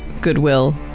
goodwill